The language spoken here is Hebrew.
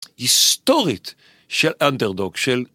היסטורית של אנדרדוג, של...